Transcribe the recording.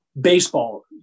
baseball